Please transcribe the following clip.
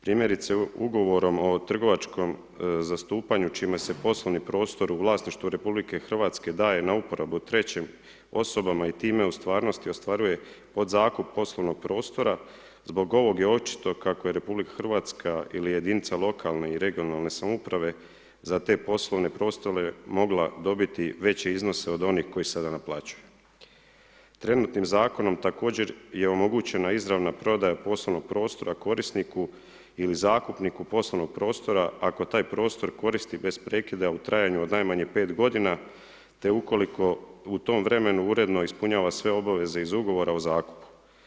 Primjerice ugovorom o trgovačkom zastupanju, čime se poslovni prostor u vlasništvu RH, daje na uporabu trećim osobama i time u stvarnosti ostvaruje podzakup poslovnog prostora, zbog ovog je očito kako je RH ili jedinica lokalne ili regionalne samouprave za te poslovne prostore mogla dobiti veće iznose od onih koji se … Trenutnim zakonom, također je omogućena izravna prodaja poslovnog prostora korisniku ili zakupniku poslovnog prostora, ako taj prostor koristi bez prekida u trajanju od najmanje 5 godina te ukoliko u tom vremenu uredno ispunjava sve obaveze iz ugovor o zakupu.